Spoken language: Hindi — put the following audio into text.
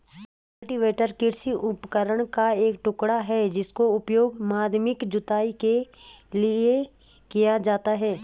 कल्टीवेटर कृषि उपकरण का एक टुकड़ा है जिसका उपयोग माध्यमिक जुताई के लिए किया जाता है